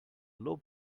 low